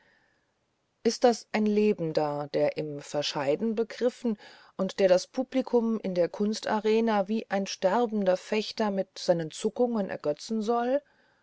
ist das ein lebender der im verscheiden begriffen ist und der das publikum in der kunstarena wie ein sterbender fechter mit seinen zuckungen ergötzen soll